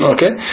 Okay